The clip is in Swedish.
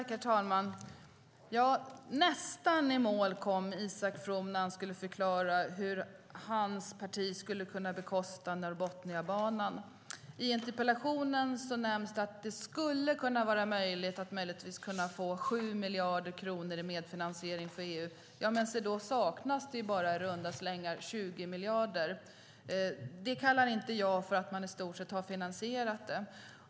Herr talman! Isak From kom nästan i mål när han skulle förklara hur hans parti skulle kunna bekosta Norrbotniabanan. I interpellationen nämns det att det skulle kunna vara möjligt att möjligtvis kunna få 7 miljarder kronor i medfinansiering från EU. Då saknas det bara i runda slängar 20 miljarder. Det kallar inte jag för att man i stort sett har finansierat det.